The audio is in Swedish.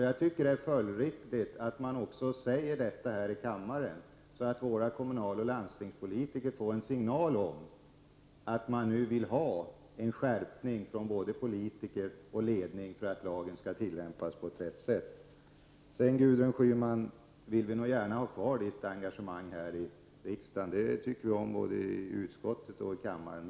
Jag tycker att det är följdriktigt att också säga det här i kammaren, så att våra kommunaloch landstingspolitiker får en signal om att vi vill ha en skärpning från både politiker och ledning, så att lagen tillämpas på rätt sätt. Vi vill gärna ha kvar Gudrun Schymans engagemang här i riksdagen. Det tycker vi om både i utskottet och i kammaren.